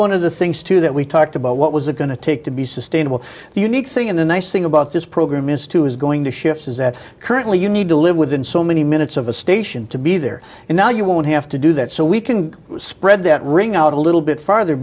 one of the things too that we talked about what was it going to take to be sustainable the unique thing and the nice thing about this program is two is going to shift is that currently you need to live within so many minutes of a station to be there and now you won't have to do that so we can spread that ring out a little bit farther